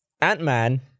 Ant-Man